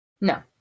No